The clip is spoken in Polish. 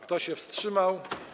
Kto się wstrzymał?